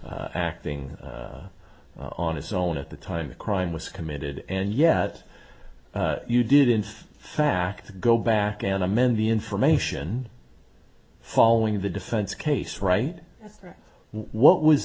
acting on his own at the time the crime was committed and yet you did in fact go back and amend the information following the defense case right what was